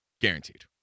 guaranteed